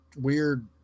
weird